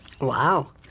Wow